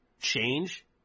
change